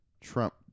Trump